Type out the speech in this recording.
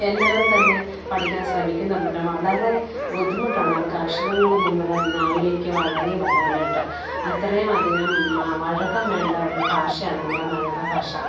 എല്ലാവരും തന്നെ പഠിക്കാൻ ശ്രമിക്കുന്നുണ്ടെങ്കിലും വളരെ ബുദ്ധിമുട്ടാണ് അവർക്ക് അക്ഷരങ്ങള് നമ്മുടെ നാവിലേക്ക് വഴങ്ങി വരാനായിട്ട് അത്രയും അധികം വഴക്കം വേണ്ട ഒരു ഭാഷയാണ് നമ്മുടെ മലയാളം ഭാഷ